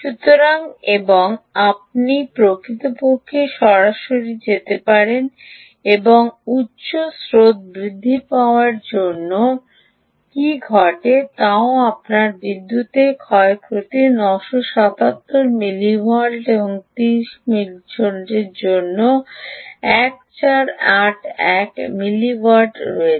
সুতরাং এবং আপনি প্রকৃতপক্ষে সরাসরি যেতে পারেন এবং উচ্চ স্রোত বৃদ্ধি পাওয়ার সাথে সাথে আসলে কী ঘটে তাও দেখতে পারেন আপনার কাছে বিদ্যুতের ক্ষয় 977 মিলিওয়াট এবং 30 ভোল্টের জন্য 1481 মিলিওয়াট রয়েছে